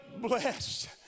Blessed